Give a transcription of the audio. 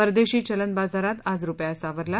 परदर्शी चलन बाजारात आज रुपया सावरला